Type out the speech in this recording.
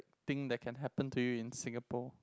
thing that can happen to you in Singapore